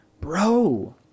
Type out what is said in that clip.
bro